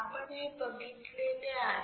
आपण हे बघितलेले आहे